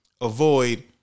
avoid